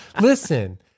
listen